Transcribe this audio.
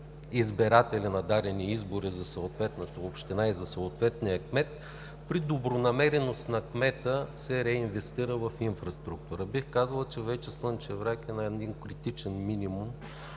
избиратели на дадени избори за съответната община и за съответния кмет. При добронамереност на кмета се реинвестира в инфраструктурата. Бих казал, че вече Слънчев бряг е на един критичен минимум